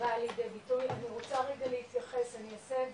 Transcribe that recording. באה לידי ביטוי אני רוצה רגע להתייחס אני אעשה את